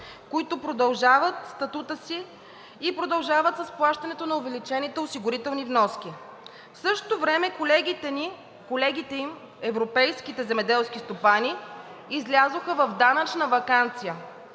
които продължават статута си и продължават с плащането на увеличените осигурителни вноски. В същото време колегите им – европейските земеделски стопани, излязоха в данъчна ваканция.